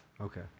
Okay